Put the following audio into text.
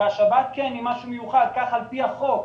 כן, השבת היא משהו מיוחד, כך על פי החוק.